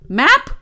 map